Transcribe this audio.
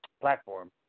platform